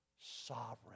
sovereign